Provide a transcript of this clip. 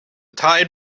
tide